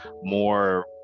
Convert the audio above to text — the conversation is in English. more